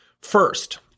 First